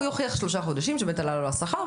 הוא יוכיח שלושה חודשים שבאמת עלה לו השכר,